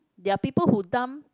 there are people who dump